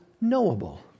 knowable